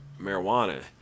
marijuana